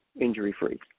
injury-free